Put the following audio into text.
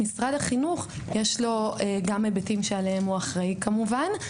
למשרד החינוך יש גם היבטים שעליהם הוא אחראי כמובן,